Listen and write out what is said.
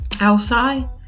outside